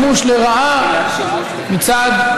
קראתי לחבריי בעמונה, אמרתי להם: קבלו את